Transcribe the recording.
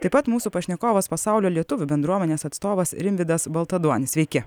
taip pat mūsų pašnekovas pasaulio lietuvių bendruomenės atstovas rimvydas baltaduonis sveiki